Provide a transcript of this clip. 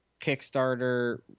Kickstarter